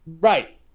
Right